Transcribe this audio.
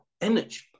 energy